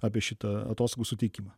apie šitą atostogų suteikimą